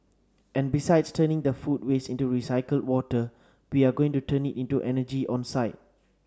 and besides turning the food waste into recycled water we are going to turn it into energy on site